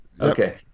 Okay